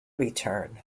return